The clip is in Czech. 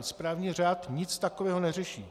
Správní řád nic takového neřeší.